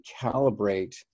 calibrate